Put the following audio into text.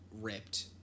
ripped